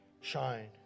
shine